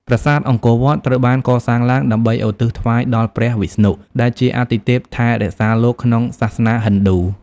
ប្រាសាទអង្គរវត្ត ត្រូវបានកសាងឡើងដើម្បីឧទ្ទិសថ្វាយដល់ព្រះវិស្ណុ ដែលជាអាទិទេពថែរក្សាលោកក្នុងសាសនាហិណ្ឌូ។